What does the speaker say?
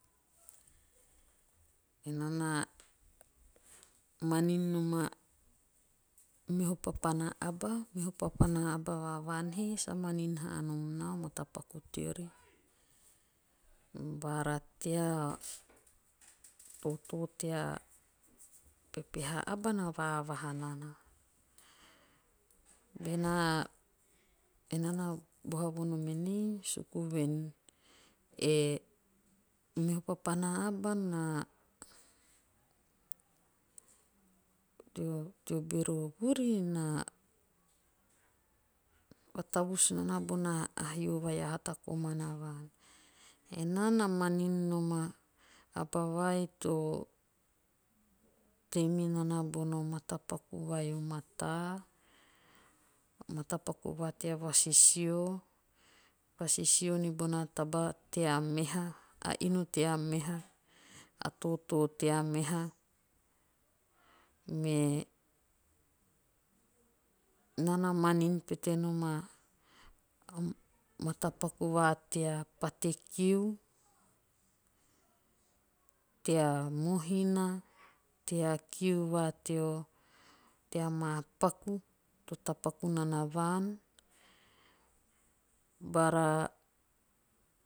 Enaa na manin nom o meho papana aba. meho papana aba va vaan he sa manin haa nom naa o matapaku teori. Boara tea toto tea pepeha aba na vaavaha nana. Bena enaa na boha vonom enei. suku vuen e meho papana aba na teo bero vuri na vatavus nana bona hio vai a hata komana vaan. Enaa na manin nom a aba vai to- to tei minana bono matapaku vai o mataa. matapaku va tea vasisio. nibona taba tea meha. a inu tea meha. a totoo tea meha. me naa na manin pete nom a matapaku va tea pate kiu. tea mohinaa. tea kiu va tea maa paku. to tapaku nana vaan bora